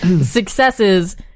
Successes